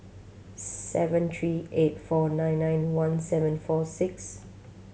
seven three eight four nine nine one seven four six